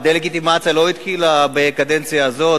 הדה-לגיטימציה לא התחילה בקדנציה הזאת,